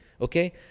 okay